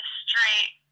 straight